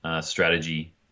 strategy